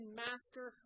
master